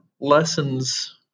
lessons